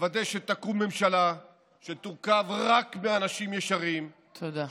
נוודא שתקום ממשלה שתורכב רק מאנשים ישרים, תודה.